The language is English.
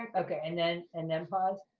ah okay, and then and then pause?